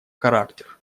характер